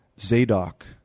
Zadok